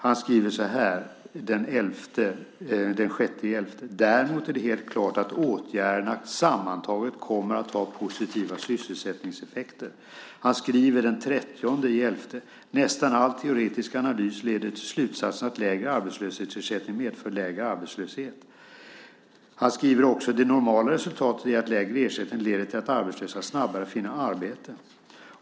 Den 6 november skriver han: "Däremot är det helt klart att åtgärderna sammantaget kommer att ha positiva sysselsättningseffekter." Den 30 november skriver han: "Nästan all teoretisk analys leder till slutsatsen att lägre arbetslöshetsersättning medför lägre arbetslöshet." Vidare skriver han att "det normala resultatet är att lägre ersättning leder till att arbetslösa snabbare finner arbete".